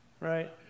right